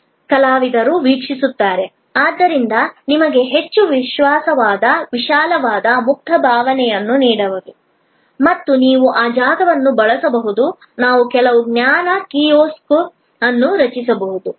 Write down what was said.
ಕಲಾವಿದರು ವೀಕ್ಷಿಸುತ್ತಾರೆ ಆದ್ದರಿಂದ ನಿಮಗೆ ಹೆಚ್ಚು ವಿಶಾಲವಾದ ಮುಕ್ತ ಭಾವನೆಯನ್ನು ನೀಡಬಹುದು ಮತ್ತು ನೀವು ಆ ಜಾಗವನ್ನು ಬಳಸಬಹುದು ನಾವು ಕೆಲವು ಜ್ಞಾನ ಕಿಯೋಸ್ಕ್ ಅನ್ನು ರಚಿಸಬಹುದು